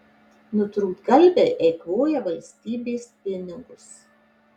nutrūktgalviai eikvoja valstybės pinigus